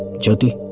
jyoti.